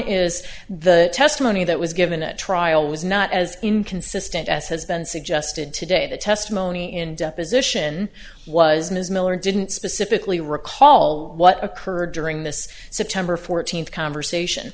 is the testimony that was given at trial was not as inconsistent as has been suggested today the testimony in deposition was ms miller didn't specifically recall what occurred during this september fourteenth conversation